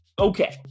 Okay